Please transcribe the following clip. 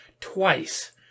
twice